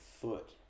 foot